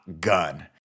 gun